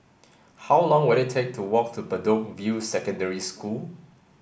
how long will it take to walk to Bedok View Secondary School